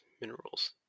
minerals